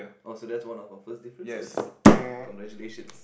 oh so that's one of our first differences congratulations